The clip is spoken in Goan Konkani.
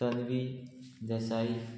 तनवी देसाई